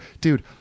dude